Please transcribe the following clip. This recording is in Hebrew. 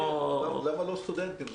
למה לא סטודנטים?